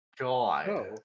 god